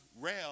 rail